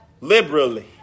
liberally